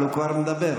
אבל הוא כבר מדבר.